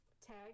tag